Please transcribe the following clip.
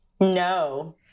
No